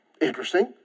Interesting